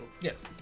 Yes